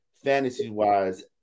fantasy-wise